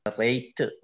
rate